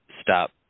stop